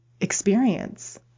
experience